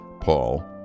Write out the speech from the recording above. Paul